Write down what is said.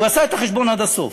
הוא עשה את החשבון עד הסוף,